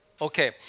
Okay